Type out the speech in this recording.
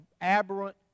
aberrant